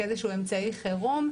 כאיזשהו אמצעי חירום,